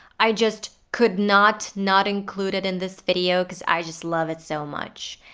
i just could not not include it in this video because i just love it so much.